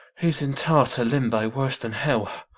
he's in tartar limbo, worse than hell.